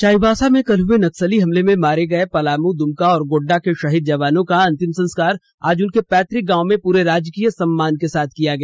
चाईबासा में कल हुए नक्सली हमले में मारे गए पलामू दुमका और गोड्डा के शहीद जवानों का अंतिम संस्कार आज उनके पैतुक गांव में पूरे राजकीय सम्मान के साथ किया गया